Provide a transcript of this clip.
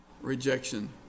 rejection